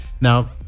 Now